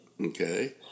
Okay